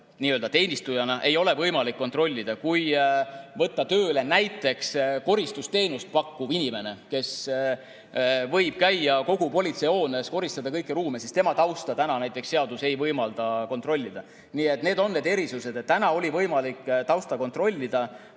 nii-öelda teenistujana ei ole võimalik seda kontrollida. Kui võtta tööle koristusteenust pakkuv inimene, kes võib käia kogu politseihoones ja koristada kõiki ruume, siis tema tausta seadus ei võimalda kontrollida. Nii et need on need erisused. Praegu on võimalik tausta kontrollida